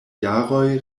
jaroj